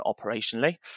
operationally